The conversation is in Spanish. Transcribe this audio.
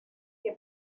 que